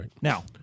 Now